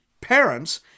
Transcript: parents